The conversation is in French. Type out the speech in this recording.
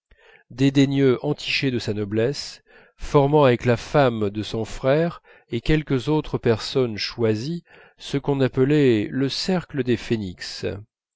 dédaigneux entiché de sa noblesse formant avec la femme de son frère et quelques autres personnes choisies ce qu'on appelait le cercle des phénix